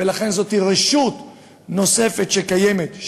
ולכן זאת רשות נוספת שקיימת,